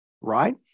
right